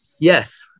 Yes